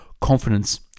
Confidence